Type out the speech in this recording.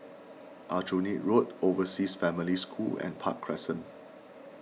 Aljunied Road Overseas Family School and Park Crescent